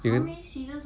then